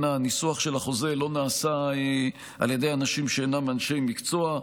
הניסוח של החוזה לא נעשה על ידי אנשים שאינם אנשי מקצוע.